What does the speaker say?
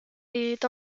est